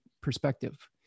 perspective